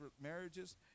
marriages